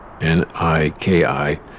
N-I-K-I